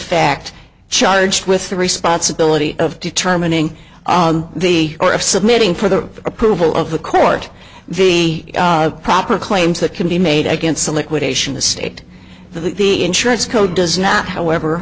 fact charged with the responsibility of determining the or of submitting for the approval of the court the proper claims that can be made against the liquidation the state of the insurance co does not however